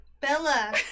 Bella